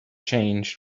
change